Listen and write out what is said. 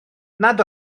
nad